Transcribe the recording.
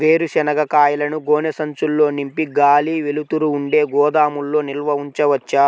వేరుశనగ కాయలను గోనె సంచుల్లో నింపి గాలి, వెలుతురు ఉండే గోదాముల్లో నిల్వ ఉంచవచ్చా?